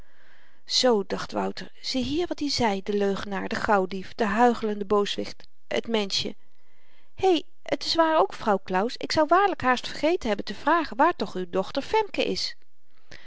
zoo dacht wouter ziehier wat i zei de leugenaar de gauwdief de huichelende booswicht het menschje hé t is waar ook vrouw claus ik zou waarlyk haast vergeten hebben te vragen waar toch uw dochter femke is